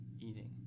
Eating